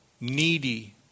needy